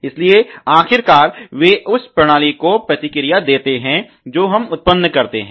इसलिए आखिरकार वे उस प्रणाली की प्रतिक्रिया देते हैं जो हम उत्पन्न करते हैं